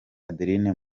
adeline